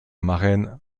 marraine